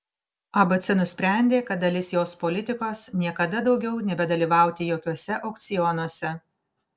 abc nusprendė kad dalis jos politikos niekada daugiau nebedalyvauti jokiuose aukcionuose